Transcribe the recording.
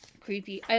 Creepy